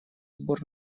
сбор